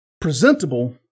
presentable